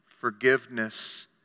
forgiveness